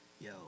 Yo